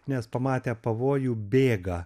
nes pamatę pavojų bėga